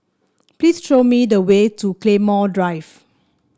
please show me the way to Claymore Drive